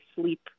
sleep